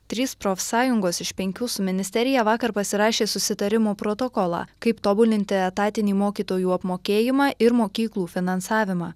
trys profsąjungos iš penkių su ministerija vakar pasirašė susitarimo protokolą kaip tobulinti etatinį mokytojų apmokėjimą ir mokyklų finansavimą